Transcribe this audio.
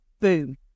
Boom